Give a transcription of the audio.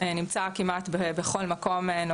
ונמצא כמעט בכל מקום,